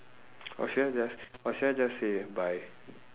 or should I just or should I just say bye